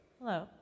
hello